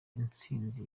intsinzi